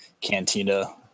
cantina